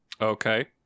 Okay